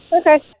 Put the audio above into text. Okay